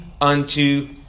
unto